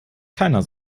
keiner